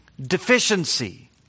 deficiency